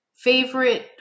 favorite